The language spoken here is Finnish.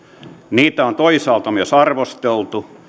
niitä on toisaalta myös arvosteltu